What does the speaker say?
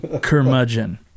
Curmudgeon